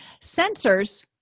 Sensors